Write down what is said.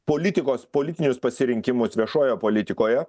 politikos politinius pasirinkimus viešojoje politikoje